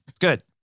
Good